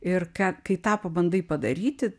ir ką kai tą pabandai padaryti